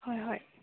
ꯍꯣꯏ ꯍꯣꯏ